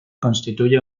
constituye